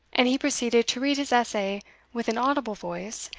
and he proceeded to read his essay with an audible voice,